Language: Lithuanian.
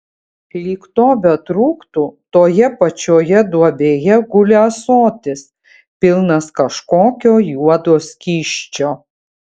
lyg to betrūktų toje pačioje duobėje guli ąsotis pilnas kažkokio juodo skysčio